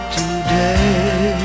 today